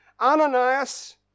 Ananias